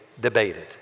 debated